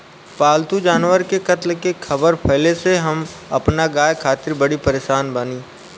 पाल्तु जानवर के कत्ल के ख़बर फैले से हम अपना गाय खातिर बड़ी परेशान बानी